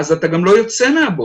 אז אתה גם לא יוצא מהבוץ.